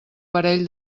parell